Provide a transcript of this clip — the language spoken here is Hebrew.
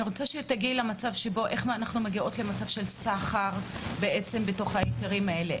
אני מבקשת שתסבירי איך אנחנו מגיעים למצב של סחר בהיתרים האלה,